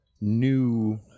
new